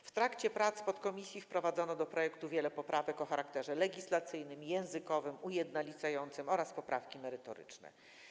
W trakcie prac podkomisji wprowadzono do projektu wiele poprawek o charakterze legislacyjnym, językowym, ujednolicającym oraz poprawki merytoryczne.